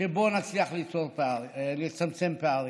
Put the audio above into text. להצליח לצמצם פערים,